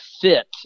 fit